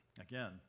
Again